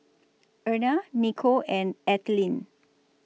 Erna Nicolle and Ethelene